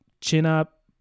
chin-up